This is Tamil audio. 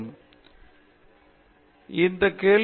பேராசிரியர் பிரதாப் ஹரிதாஸ் கிரேட்